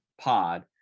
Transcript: pod